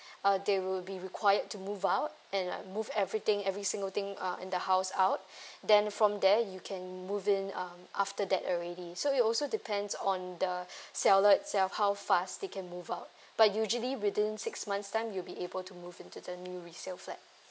uh they would be required to move out and like move everything every single thing uh in that house out then from there you can move in um after that already so it also depends on the seller itself how fast they can move out but usually within six months' time you'll be able to move into the new resale flat